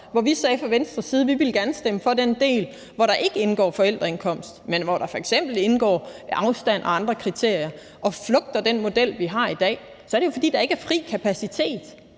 side sagde, at vi gerne ville stemme for den del, hvor der ikke indgår forældreindkomst, men afstand og andre kriterier, og det flugter den model, vi har i dag, så er det jo, fordi der ikke er fri kapacitet.